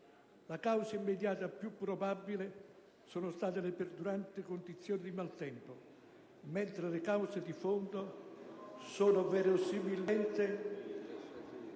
La causa immediata più probabile sono state le perduranti condizioni di maltempo, mentre le cause di fondo sono verosimilmente